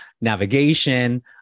navigation